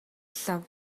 лав